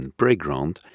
Playground